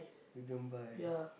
you don't buy